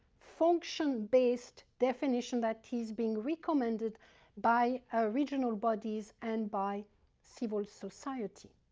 function-based definition that is being recommended by ah regional bodies and by civil society.